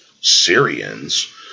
Syrians